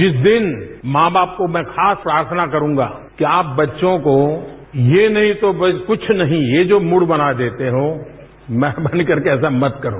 जिस दिन मां बाप को मैं खास प्रार्थना करूंगा कि आप बच्चों को ये नहीं तो भई कुछ नहीं ये जो मूड बना देते हो मेहरबान करके ऐसा मत करो